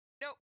Nope